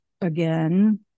again